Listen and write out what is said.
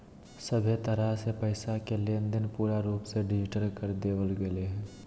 सभहे तरह से पैसा के लेनदेन पूरा रूप से डिजिटल कर देवल गेलय हें